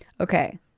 Okay